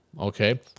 Okay